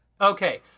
Okay